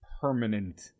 permanent